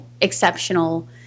exceptional